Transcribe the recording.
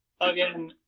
Again